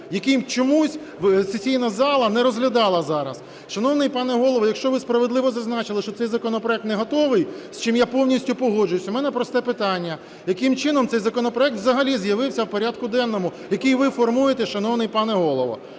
який чомусь сесійна зала не розглядала зараз. Шановний пане Голово, якщо ви справедливо зазначили, що цей законопроект не готовий, з чим я повністю погоджуюся, у мене просте питання. Яким чином цей законопроект взагалі з'явився в порядку денному, який ви формуєте, шановний пане Голово?